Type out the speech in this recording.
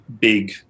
big